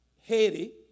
Haiti